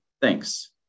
Thanks